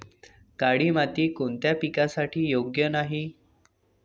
काळी माती कोणत्या पिकासाठी योग्य नाही?